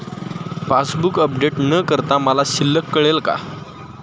Passbook update न करता मला शिल्लक कळेल का?